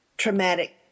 Traumatic